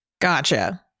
Gotcha